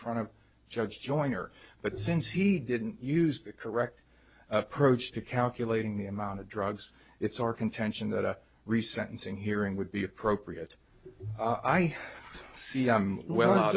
front of judge joyner but since he didn't use the correct approach to calculating the amount of drugs it's our contention that a recent insane hearing would be appropriate i see well